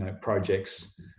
projects